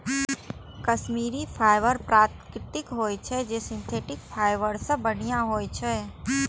Kashmiri fibre प्राकृतिक होइ छै, जे सिंथेटिक फाइबर सं बढ़िया होइ छै